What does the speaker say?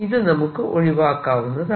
ഇത് നമുക്ക് ഒഴിവാക്കാവുന്നതാണ്